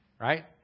Right